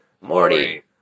Morty